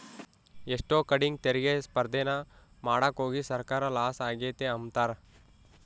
ಎಷ್ಟೋ ಕಡೀಗ್ ತೆರಿಗೆ ಸ್ಪರ್ದೇನ ಮಾಡಾಕೋಗಿ ಸರ್ಕಾರ ಲಾಸ ಆಗೆತೆ ಅಂಬ್ತಾರ